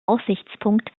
aussichtspunkt